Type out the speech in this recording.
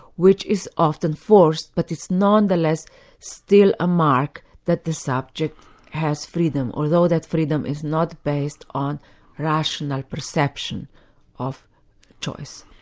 which is often forced, but it's nonetheless still a mark that the subject has freedom, although that freedom is not based on rational perception of choice.